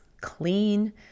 clean